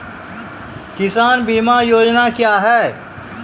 किसान बीमा योजना क्या हैं?